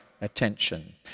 attention